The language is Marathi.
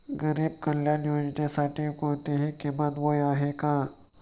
गरीब कल्याण योजनेसाठी कोणतेही किमान वय आहे का?